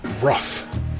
rough